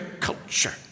culture